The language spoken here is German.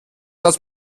dass